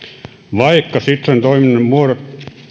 vaikka sitran toiminnan muodot